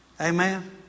Amen